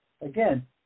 again